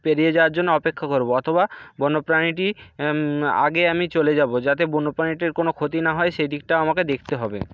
পেরিয়ে যাওয়ার জন্য অপেক্ষা করবো অথবা বন্যপ্রাণীটি আগে আমি চলে যাবো যাতে বন্যপ্রাণীটির কোনো ক্ষতি না হয় সেইদিকটাও আমাকে দেকতে হবে